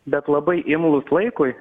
bet labai imlūs laikui